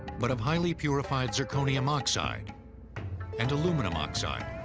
but of highly purified zirconium oxide and aluminum oxide.